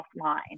offline